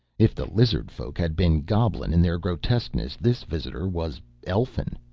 if the lizard-folk had been goblin in their grotesqueness this visitor was elfin.